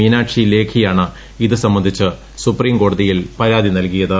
മീനാക്ഷി ലേഖിയാണ് ഇത് സംബന്ധിച്ച് സുപ്രീംകോടതിയിൽ പരാതി നൽകിയത്